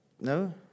No